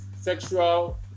sexual